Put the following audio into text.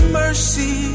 mercy